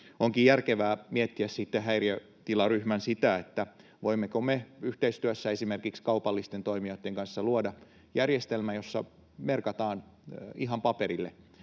Onkin järkevää häiriötilaryhmän miettiä sitä, voimmeko me yhteistyössä esimerkiksi kaupallisten toimijoitten kanssa luoda järjestelmän, jossa merkataan ihan paperille,